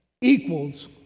equals